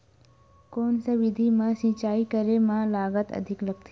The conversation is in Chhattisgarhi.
कोन सा विधि म सिंचाई करे म लागत अधिक लगथे?